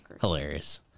Hilarious